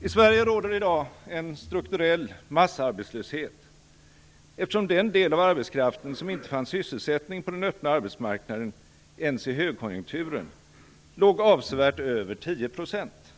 I Sverige råder i dag en strukturell massarbetslöshet, eftersom den del av arbetskraften som inte fann sysselsättning på den öppna arbetsmarknaden ens i högkonjunkturen låg avsevärt över 10 %.